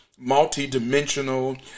multi-dimensional